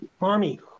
mommy